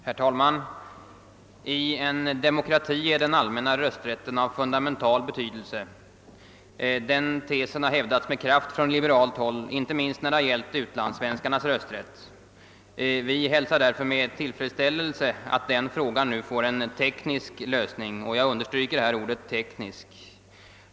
Herr talman! I en demokrati är den allmänna rösträtten av fundamental betydelse. Den tesen har med kraft hävdats från liberalt håll, inte minst när det gällt utlandssvenskarnas rösträtt. Vi hälsar därför med tillfredsställelse, att denna fråga nu får en teknisk lösning — jag understryker ordet teknisk.